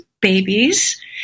babies